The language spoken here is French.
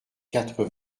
quatre